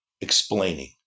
explaining